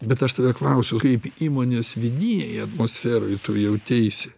bet aš tade klausiu kaip įmonės vidinėj atmosferoj tu jauteisi